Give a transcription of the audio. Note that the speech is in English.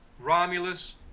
Romulus